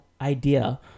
idea